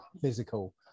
physical